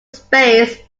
space